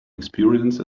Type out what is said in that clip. experience